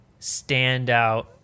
standout